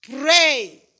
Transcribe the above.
Pray